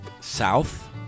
south